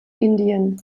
indien